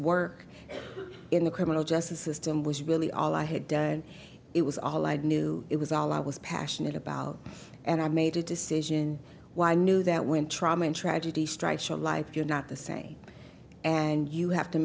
work in the criminal justice system was really all i had done it was all i knew it was all i was passionate about and i made a decision why i knew that when trauma and tragedy strikes a life you're not the same and you have to